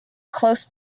close